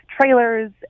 trailers